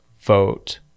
vote